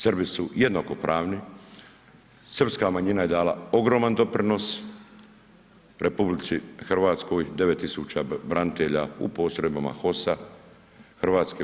Srbi su jednakopravni, srpska manjina je dala ogroman doprinos RH, 9000 branitelja u postrojbama HOS-a, HV-a i MUP-a.